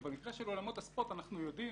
במקרה של אולמות הספורט אנחנו יודעים